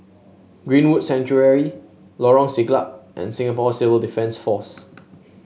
Greenwood Sanctuary Lorong Siglap and Singapore Civil Defence Force